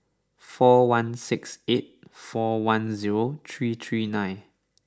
four one six eight four one zero three three nine